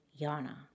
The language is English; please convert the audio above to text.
Yana